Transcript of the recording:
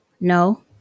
No